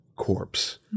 corpse